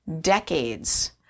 decades